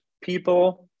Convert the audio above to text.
people